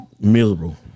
miserable